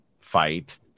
fight